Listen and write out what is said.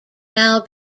now